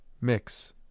Mix